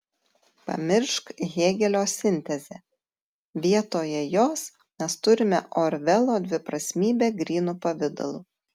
pamiršk hėgelio sintezę vietoje jos mes turime orvelo dviprasmybę grynu pavidalu